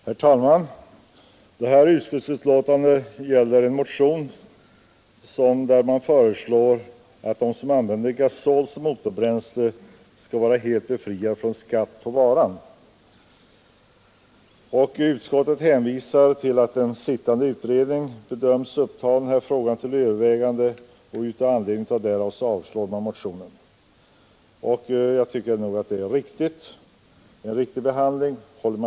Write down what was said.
Herr talman! Detta utskottsbetänkande behandlar en motion vari föreslås att den som använder gasol som motorbränsle skall vara helt befriad från skatt på varan. Utskottet hänvisar till att en sittande utredning bedöms upptaga frågan till övervägande och i anledning därav avstyrks motionen. Jag anser att detta är en riktig behandling av ärendet.